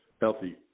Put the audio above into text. healthy